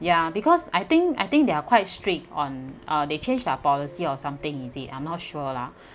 ya because I think I think they are quite strict on uh they change their policy or something is it I'm not sure lah